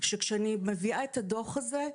שכשאני מביאה את הדוח הזה,